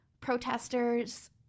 protesters